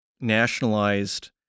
nationalized